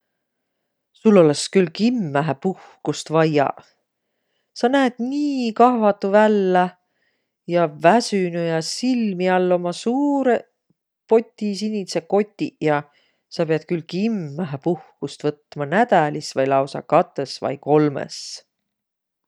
Sul olõs külh kimmähe puhkust vaia. Sa näet nii kahvadu vällä, ja väsünüq, ja silmi all ommaq suurõq potisinidseq kotiq ja. Sa piät külh kimmähe puhkust võtma. Nädälis vai lausa katõs vai kolmõs.